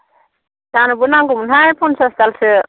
आंनोबो नांगौमोनहाय फनचास दालसो